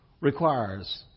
requires